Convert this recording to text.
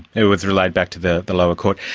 it was related back to the the lower court.